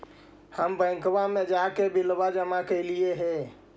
हम बैंकवा मे जाके बिलवा जमा कैलिऐ हे?